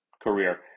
career